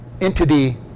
entity